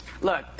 Look